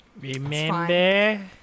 Remember